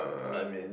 I mean